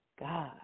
God